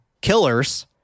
killers